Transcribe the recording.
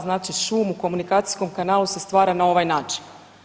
Znači šum u komunikacijskom kanalu se stvara na ovaj način.